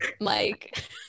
Mike